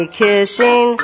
kissing